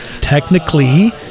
Technically